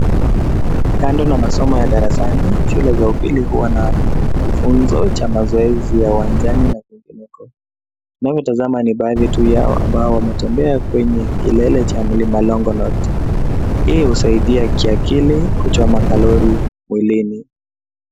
Kando na masomo ya darasani, shule za upili huwa na kifunzo cha mzoezi ya uwanjani na vipeleko. Wanaotazama ni baadhi tu yao ambao wametembea kwenye kilele cha mlima Longonot. Hii usaidia kiakili kuchoma kalori mwilini.